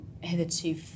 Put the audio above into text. hitherto